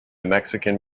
mexican